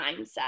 mindset